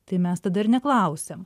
tai mes tada ir neklausiam